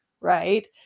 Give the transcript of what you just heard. right